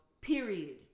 period